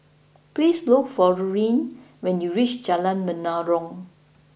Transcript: please look for Lurline when you reach Jalan Menarong